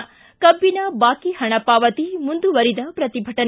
ು ಕಬ್ಬಿನ ಬಾಕಿ ಹಣ ಪಾವತಿ ಮುಂದುವರಿದ ಪ್ರತಿಭಟನೆ